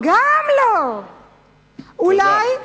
לא ולא.